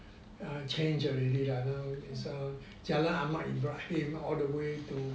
change already lah now it's err jalan ahmad ibrahim and all the way to